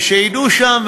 ושידעו שם,